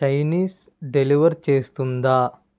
Chinese deliver చేస్తుందా